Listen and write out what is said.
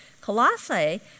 Colossae